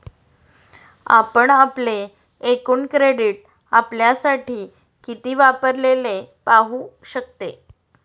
आपण आपले एकूण क्रेडिट आपल्यासाठी किती वापरलेले पाहू शकते